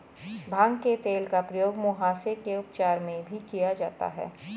भांग के तेल का प्रयोग मुहासे के उपचार में भी किया जाता है